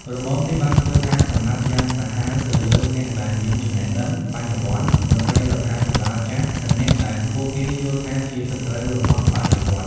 របបនេះបានធ្វើការសម្លាប់យ៉ាងសាហាវទៅលើអ្នកដែលមានចំណេះដឹង បញ្ញាវន្ត មន្ត្រីរដ្ឋាភិបាលចាស់ និងអ្នកដែលពួកគេយល់ថាជាសត្រូវរបស់បដិវត្តន៍។